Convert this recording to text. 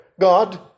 God